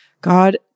God